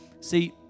See